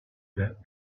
that